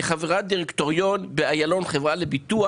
היא חברת דירקטוריון ב"איילון חברה לביטוח".